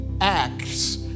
acts